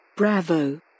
Bravo